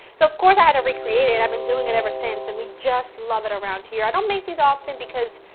so of course i had to recreate it, i've been doing it ever since, and we just love it around here! i don't make these often because